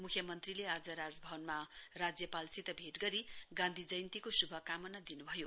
मुख्यमन्त्रीले आज राज भवनमा राज्यपालसित भेट गरी गान्धी जयन्तीको शुभकामना दिनु भयो